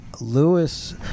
Lewis